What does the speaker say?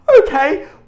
okay